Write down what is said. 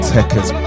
Techers